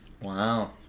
Wow